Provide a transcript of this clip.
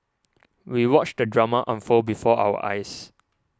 we watched the drama unfold before our eyes